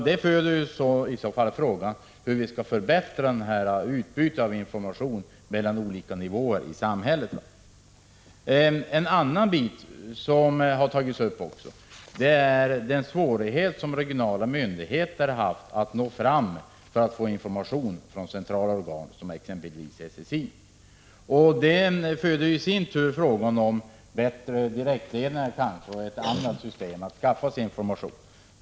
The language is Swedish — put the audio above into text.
Detta föder frågan hur vi skall förbättra utbytet av information mellan olika nivåer i samhället. Ett annat problem som har tagits upp är den svårighet som regionala myndigheter har haft att nå fram till centrala organ, exempelvis SSI, för att få information. Detta föder i sin tur frågan om man bör få till stånd bättre direktledningar och kanske ett annat system för de regionala myndigheterna att skaffa sig information.